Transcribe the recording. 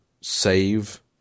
save